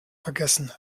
vergessen